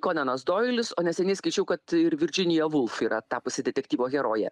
konanas doilis o neseniai skaičiau kad ir virdžinija vulf yra tapusi detektyvo heroja